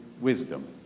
wisdom